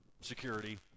security